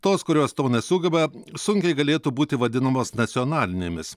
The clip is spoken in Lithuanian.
tos kurios to nesugeba sunkiai galėtų būti vadinamos nacionalinėmis